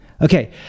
Okay